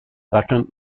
second